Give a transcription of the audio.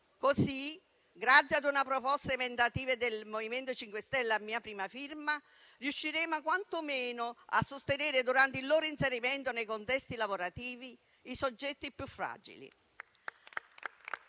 modo, grazie a una proposta emendativa del MoVimento 5 Stelle a mia prima firma, riusciremo quantomeno a sostenere, durante il loro inserimento nei contesti lavorativi, i soggetti più fragili.